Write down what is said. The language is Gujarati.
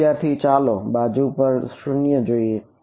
વિદ્યાર્થી ચાલો તે બાજુ પર 0 જોઈએ